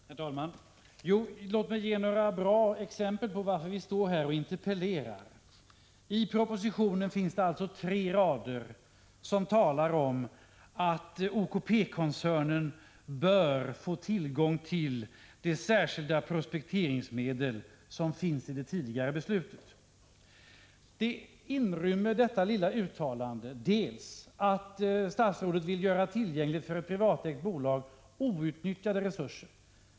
Herr talman! Låt mig ge några bra exempel på varför vi här interpellerar. I propositionen finns det alltså tre rader som talar om att OKP-koncernen bör få tillgång till de särskilda prospekteringsmedel som finns i det tidigare beslutet. Detta lilla uttalande inrymmer att statsrådet vill göra tillgängligt för ett privatägt bolag outnyttjade resurser.